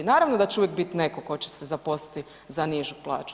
Naravno da će uvijek biti netko tko će se zaposliti za nižu plaću.